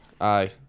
Aye